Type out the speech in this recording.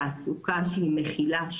תעסוקה שהיא מכילה,